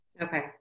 Okay